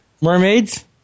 mermaids